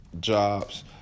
jobs